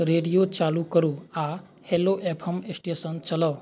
radio चालू करू आ हेलो एफ एम स्टेशन चलाऊ